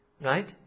Right